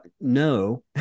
no